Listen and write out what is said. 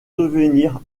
devenir